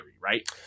right